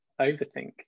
overthink